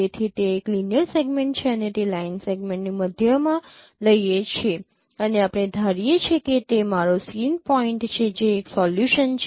તેથી તે એક લિનિયર સેગમેન્ટ છે અને તે લાઇન સેગમેન્ટની મધ્યમાં લઈએ છે અને આપણે ધારીએ છે કે તે મારો સીન પોઇન્ટ છે જે એક સોલ્યુશન છે